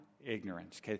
ignorance